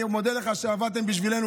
אני מודה לך על שעבדתם בשבילנו,